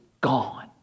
gone